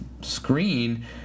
screen